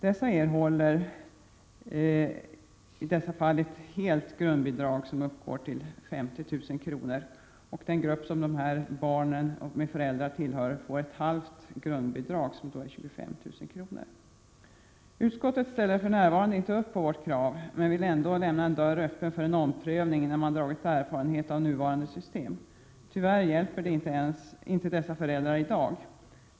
De senare erhåller ett helt grundbidrag som uppgår till 50 000 kr. Handikappade med barn under 18 år får i dag ett halvt grundbidrag, dvs. 25 000 kr. Utskottet ställer för närvarande inte upp på vårt krav men vill ändå lämna en dörr öppen för en omprövning när man dragit erfarenhet av nuvarande system. Tyvärr hjälper det inte dessa föräldrar i dag.